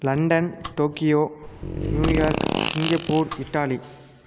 London Tokyo New York Singapore Italy